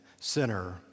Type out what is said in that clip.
sinner